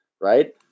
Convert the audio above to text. Right